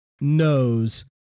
knows